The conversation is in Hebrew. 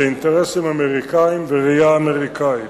זה אינטרסים אמריקניים וראייה אמריקנית.